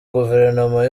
guverinoma